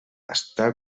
està